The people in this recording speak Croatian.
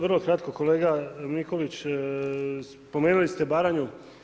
Vrlo kratko kolega Mikulić, spomenuli ste Baranju.